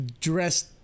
dressed